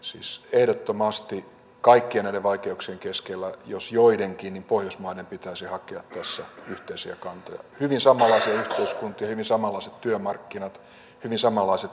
siis ehdottomasti kaikkien näiden vaikeuksien keskellä jos joidenkin niin pohjoismaiden pitäisi hakea tässä yhteisiä kantoja hyvin samanlaisia yhteiskuntia hyvin samanlaiset työmarkkinat hyvin samanlaiset ihmisoikeusnormit ja käsitykset